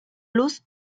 luz